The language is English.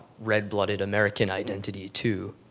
red-blooded american identity too.